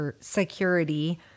Security